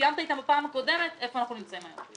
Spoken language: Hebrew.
שציינת בפעם הקודמת, היכן אנחנו נמצאים היום.